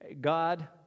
God